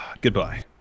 Goodbye